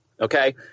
okay